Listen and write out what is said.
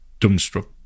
dumbstruck